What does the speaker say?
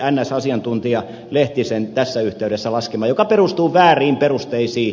asiantuntijan lehtisen tässä yhteydessä laskema joka perustuu vääriin perusteisiin